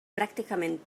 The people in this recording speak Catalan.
pràcticament